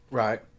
right